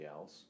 else